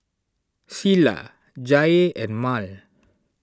Cilla Jaye and Mal